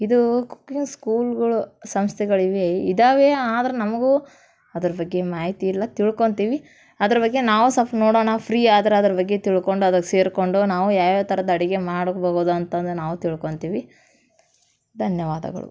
ಇದು ಕುಕಿಂಗ್ ಸ್ಕೂಲ್ಗಳು ಸಂಸ್ಥೆಗಳಿವೆ ಇದಾವೆ ಆದ್ರೆ ನಮಗೂ ಅದ್ರ ಬಗ್ಗೆ ಮಾಹಿತಿ ಇಲ್ಲ ತಿಳ್ಕೋತೀವಿ ಅದ್ರ ಬಗ್ಗೆ ನಾವು ಸಲ್ಪ ನೋಡೋಣ ಫ್ರೀ ಆದ್ರೆ ಅದ್ರ ಬಗ್ಗೆ ತಿಳ್ಕೊಂಡು ಅದಕ್ಕೆ ಸೇರಿಕೊಂಡು ನಾವು ಯಾವ್ಯಾವ ಥರದ ಅಡುಗೆ ಮಾಡ್ಕೋಬೋದು ಅಂತಂದು ನಾವು ತಿಳ್ಕೋತೀವಿ ಧನ್ಯವಾದಗಳು